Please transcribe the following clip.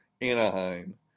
Anaheim